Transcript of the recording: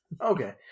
Okay